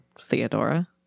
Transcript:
Theodora